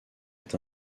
est